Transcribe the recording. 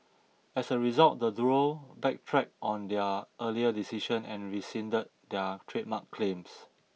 as a result the duo backtracked on their earlier decision and rescinded their trademark claims